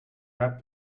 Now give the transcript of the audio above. web